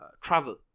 Travel